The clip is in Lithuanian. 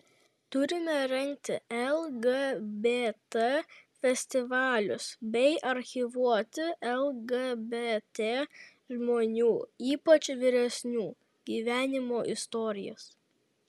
turime rengti lgbt festivalius bei archyvuoti lgbt žmonių ypač vyresnių gyvenimo istorijas